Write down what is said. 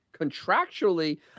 contractually